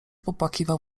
popłakiwał